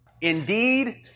Indeed